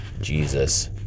Jesus